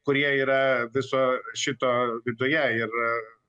kurie yra viso šito viduje ir